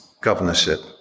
governorship